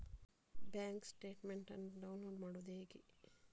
Bank statement ಅನ್ನು download ಮಾಡುವುದು ಹೇಗೆ?